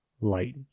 light